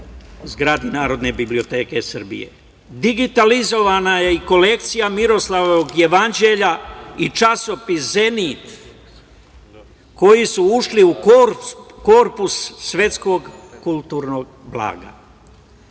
zgradi Narodne biblioteke Srbije. Digitalizovana je i kolekcija Miroslavljevog jevanđelja i Časopis „Zenit“ koji su ušli u korpus svetskog kulturnog blaga.